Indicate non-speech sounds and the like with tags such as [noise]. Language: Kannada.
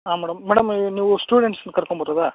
ಹಾಂ ಮೇಡಮ್ ಮೇಡಮ್ [unintelligible] ನೀವು ಸ್ಟೂಡೆಂಟ್ಸನ್ನ ಕರ್ಕೊಂಡ್ಬರೋದಾ